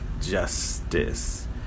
justice